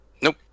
Nope